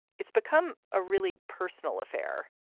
it's become a really personal affair.